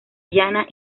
llana